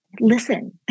Listen